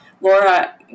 Laura